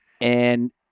And-